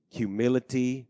humility